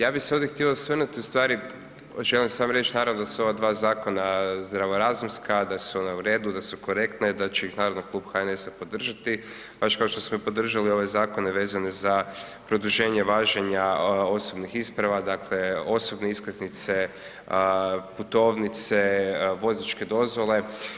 Ja bi se ovdje htio osvrnuti ustvari, želim samo reći naravno da su ova dva zakona zdravorazumska, da su ona u uredu, da su korektna i da će ih naravno Klub HNS-a podržati, baš kao što smo podržali i ove zakone vezane za produženje važenja osobnih isprava, dakle osobne iskaznice, putovnice, vozačke dozvole.